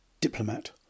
diplomat